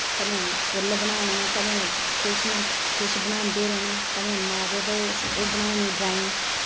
कदें फुल्ल बनाने कदें किश ना किश बनांदे रौह्ना कदें माते दे ओह् बनानी ड्राइंग